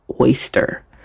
oyster